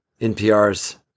NPR's